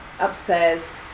upstairs